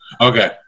Okay